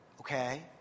okay